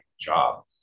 job